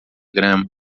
grama